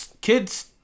Kid's